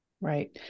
Right